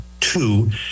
two